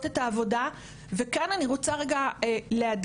את העבודה וכאן אני רוצה רגע להגדיש,